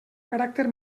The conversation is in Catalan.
caràcter